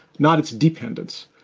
not its dependence.